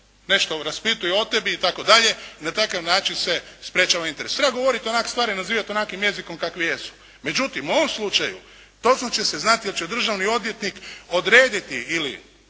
nešto raspituju o tebi itd. i na takav način se sprječava interes. Treba govoriti, stvari nazivati onakvim jezikom kakve jesu. Međutim u ovom slučaju točno će se znati hoće li državni odvjetnik odrediti ili